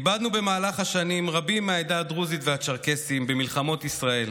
איבדנו במהלך השנים רבים מהעדה הדרוזית והצ'רקסית במלחמות ישראל,